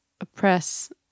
oppress